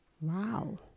Wow